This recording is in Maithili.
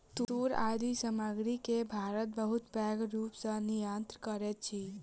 तूर आदि सामग्री के भारत बहुत पैघ रूप सॅ निर्यात करैत अछि